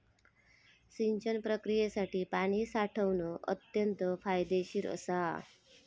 सिंचन प्रक्रियेसाठी पाणी साठवण अत्यंत फायदेशीर असा